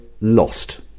lost